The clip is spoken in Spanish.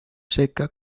seca